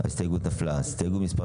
בדיון אתמול הוצגו העקרונות שעל פיהם